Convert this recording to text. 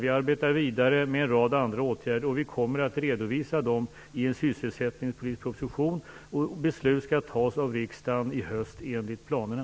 Vi arbetar vidare med en rad andra åtgärder, och vi kommer att redovisa dem i en sysselsättningspolitisk proposition. Beslut skall fattas av riksdagen i höst, enligt planerna.